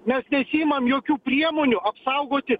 mes nesiimam jokių priemonių apsaugoti